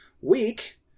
week